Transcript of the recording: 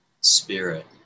spirit